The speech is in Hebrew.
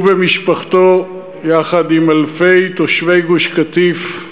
הוא ומשפחתו, יחד עם אלפי תושבי גוש-קטיף,